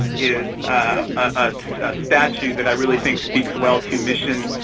is a statue that i really think speaks well to mission,